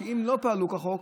אם לא פעלו כחוק,